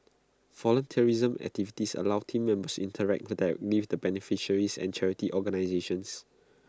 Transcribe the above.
volunteerism activities allow Team Members interact direct with the beneficiaries and charity organisations